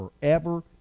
forever